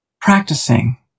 practicing